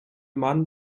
mann